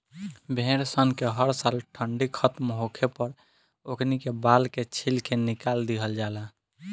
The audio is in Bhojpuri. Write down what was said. भेड़ सन के हर साल ठंडी खतम होखे पर ओकनी के बाल के छील के निकाल दिहल जाला